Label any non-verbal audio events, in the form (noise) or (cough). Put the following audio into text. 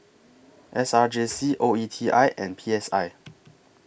(noise) S R J C O E T I and P S I